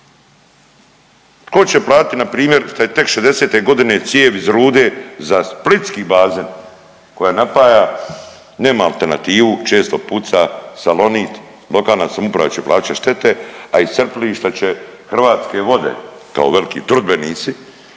Tko će platiti, npr. šta je tek '60. g. cijev iz rude za splitski bazen koja napaja, nema alternativu, često puca, salonit, lokalne samouprava će plaćati štete, a iz crpilišta će Hrvatske vode kao veliki trudbenici